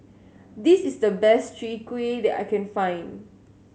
this is the best Chwee Kueh that I can find